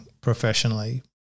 professionally